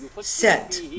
set